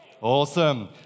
Awesome